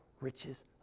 riches